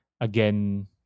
again